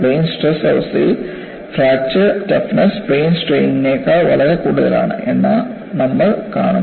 plain stress അവസ്ഥയിൽ fracture toughness plane സ്ട്രെയിനേക്കാൾ വളരെ കൂടുതലാണ് എന്ന് നമ്മൾ കാണുന്നു